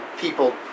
people